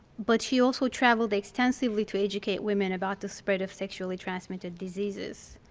but she also traveled extensively to educate women about the spread of sexually transmitted diseases.